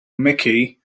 mickey